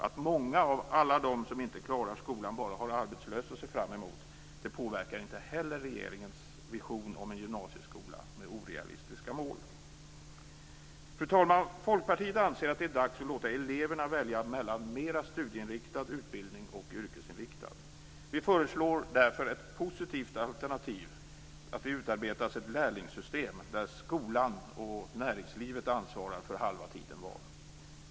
Att många av alla de som inte klarar skolan bara har arbetslöshet att se fram emot påverkar inte heller regeringens vision om en gymnasieskola med orealistiska mål. Fru talman! Folkpartiet anser att det är dags att låta eleverna välja mellan mera studieinriktad utbildning och yrkesinriktad utbildning. Vi föreslår därför att det som ett positivt alternativ utarbetas ett lärlingssystem där skolan och näringslivet ansvarar för halva tiden var.